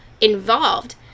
involved